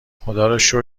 خداروشکر